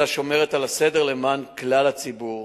אלא שומרת על הסדר למען כלל הציבור.